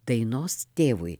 dainos tėvui